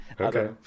okay